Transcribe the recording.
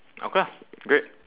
okay lah great